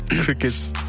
Crickets